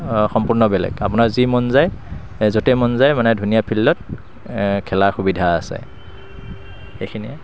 সম্পূৰ্ণ বেলেগ আপোনাৰ যি মন যায় য'তে মন যায় মানে ধুনীয়া ফিল্ডত খেলাৰ সুবিধা আছে এইখিনিয়ে